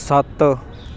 ਸੱਤ